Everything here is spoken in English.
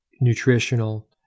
nutritional